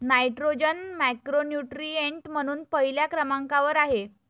nitrogen macronutrient म्हणून पहिल्या क्रमांकावर आहे